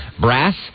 Brass